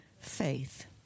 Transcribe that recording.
faith